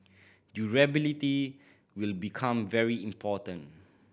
durability will become very important